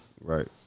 Right